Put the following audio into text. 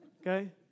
okay